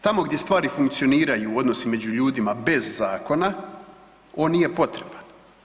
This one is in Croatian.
Tamo gdje stvari funkcioniraju odnosi među ljudima bez zakona on nije potreba.